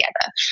together